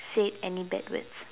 said any bad words